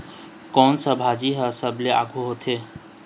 कोन सा भाजी हा सबले आघु होथे?